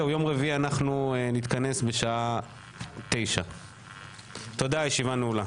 ביום רביעי נתכנס בשעה 09:00. תודה, הישיבה נעולה.